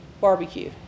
barbecue